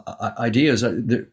ideas